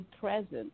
present